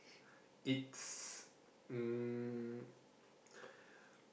it's um